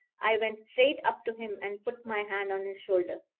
i went straight up to him and put my hand on his shoulder.